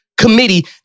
committee